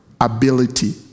ability